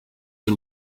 y’u